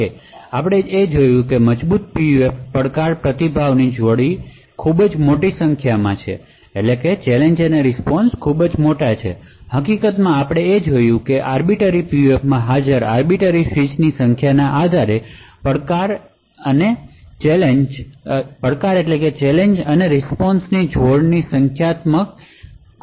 હવે આપણે જોયું તેમ મજબૂત PUFમાં ચેલેંજ રીસ્પોન્શ જોડી મોટી સંખ્યામાં છે હકીકતમાં આપણે જોયું છે કે આર્બિટર PUFમાં હાજર આર્બિટર સ્વીચ ની સંખ્યાના આધારે ચેલેંજ રીસ્પોન્શ જોડીની સંખ્યા એક્સ્પોનેંતિયલ છે